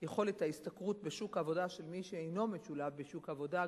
יכולת ההשתכרות בשוק העבודה של מי שאינו משולב בשוק עבודה.